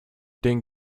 ding